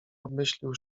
obmyślił